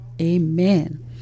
Amen